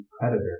Predator